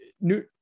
new